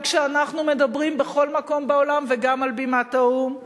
גם כשאנחנו מדברים בכל מקום בעולם וגם על בימת האו"ם,